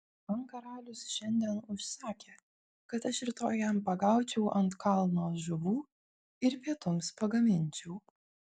man karalius šiandien užsakė kad aš rytoj jam pagaučiau ant kalno žuvų ir pietums pagaminčiau